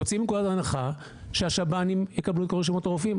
יוצאים מתוך נקודת הנחה שהשב"נים יקבלו את כל רשימות הרופאים.